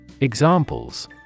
Examples